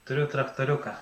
turiu traktoriuką